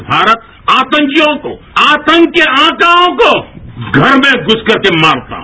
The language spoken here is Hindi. आज भारत आतंकियों कोआतंक के आकाओं को घर में घुस करके मारता है